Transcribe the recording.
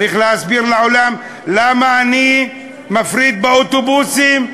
צריך להסביר לעולם למה אני מפריד באוטובוסים,